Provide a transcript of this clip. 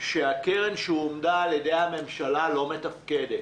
שהקרן שהועמדה על ידי הממשלה לא מתפקדת: